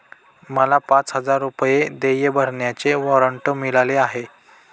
मला पाच हजार रुपये देय भरण्याचे वॉरंट मिळाले आहे